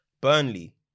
burnley